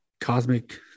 cosmic